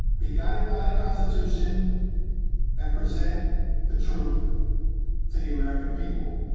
be guided by the constitution and present the truth to the american people.